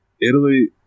Italy